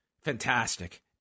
fantastic